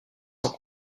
sans